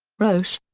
roche,